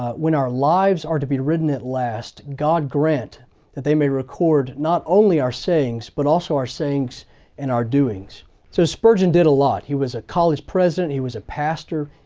ah when our lives are to be written at last, god grant that they record not only our sayings, but also our sayings and our doings so spurgeon did a lot. he was a college president, he was a pastor,